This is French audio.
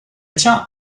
tient